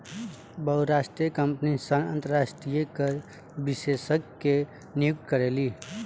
बहुराष्ट्रीय कंपनी सन अंतरराष्ट्रीय कर विशेषज्ञ के नियुक्त करेली